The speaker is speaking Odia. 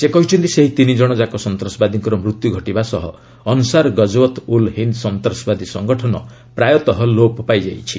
ସେ କହିଛନ୍ତି ସେହି ତିନିଜଣ ସନ୍ତାସବାଦୀଙ୍କର ମୃତ୍ୟୁଘଟିବା ସହ ଅନ୍ସାର୍ ଗକ୍ତୱତ୍ ଉଲ୍ ହିନ୍ ସନ୍ତ୍ରାସବାଦୀ ସଂଗଠନ ପ୍ରାୟତଃ ଲୋପ ପାଇଯାଇଛି